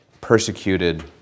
persecuted